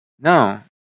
No